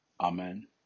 Amen